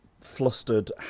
flustered